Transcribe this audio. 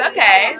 Okay